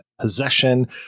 possession